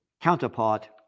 counterpart